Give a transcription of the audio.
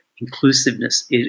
Inclusiveness